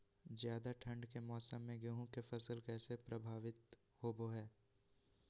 ज्यादा ठंड के मौसम में गेहूं के फसल कैसे प्रभावित होबो हय?